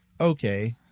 okay